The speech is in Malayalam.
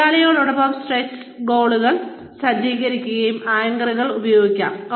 തൊഴിലാളിയോടൊപ്പം സ്ട്രെച്ച് ഗോളുകൾ സജ്ജീകരിക്കാനും ആങ്കറുകൾ ഉപയോഗിക്കാം